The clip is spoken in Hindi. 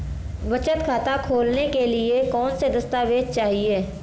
बचत खाता खोलने के लिए कौनसे दस्तावेज़ चाहिए?